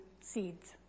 seeds